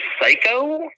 Psycho